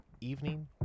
evening